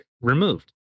removed